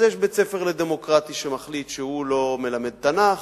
אז יש בית-ספר לדמוקרטיה שמחליט שהוא לא מלמד תנ"ך,